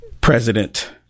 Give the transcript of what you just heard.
president